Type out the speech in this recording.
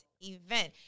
event